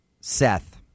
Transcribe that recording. Seth